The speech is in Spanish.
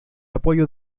apoyo